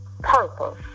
purpose